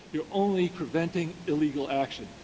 you're only preventing illegal action.